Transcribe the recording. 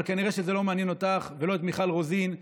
אבל כנראה שזה לא מעניין אותך ולא את מיכל רוזין.